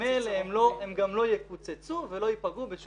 ממילא הן גם לא יקוצצו ולא ייפגעו בשום צורה.